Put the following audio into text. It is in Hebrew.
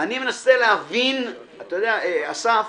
אני מנסה להבין, אסף,